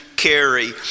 carry